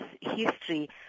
history